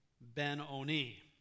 Ben-Oni